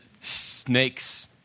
snakes